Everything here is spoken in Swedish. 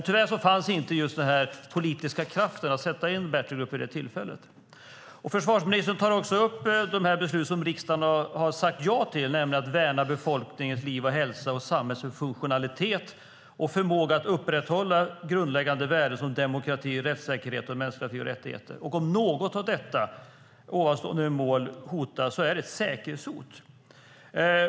Tyvärr fanns inte den politiska kraften att sätta in battle group vid det tillfället. Försvarsministern tar också upp de beslut som riksdagen har sagt ja till, nämligen att "värna befolkningens liv och hälsa, värna samhällets funktionalitet och värna förmågan att upprätthålla våra grundläggande värden som demokrati, rättssäkerhet och mänskliga fri och rättigheter". Om något av dessa mål hotas är det ett säkerhetshot.